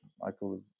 Michael